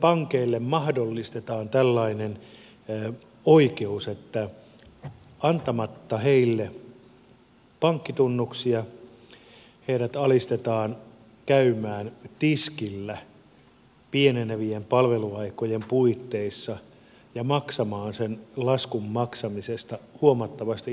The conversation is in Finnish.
pankeille mahdollistetaan tällainen oikeus että olemalla antamatta näille pankkitunnuksia nämä alistetaan käymään tiskillä pienenevien palveluaikojen puitteissa ja maksamaan sen laskun maksamisesta huomattavasti isompia palvelumaksuja